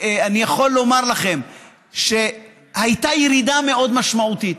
אני יכול לומר לכם שהייתה ירידה מאוד משמעותית.